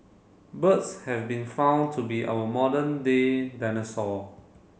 birds have been found to be our modern day dinosaur